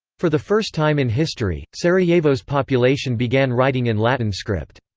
for the first time in history, sarajevo's population began writing in latin script.